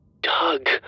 Doug